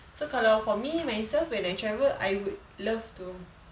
so kalau for me myself when I travel I would love to